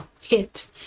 hit